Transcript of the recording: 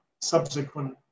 Subsequent